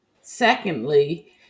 secondly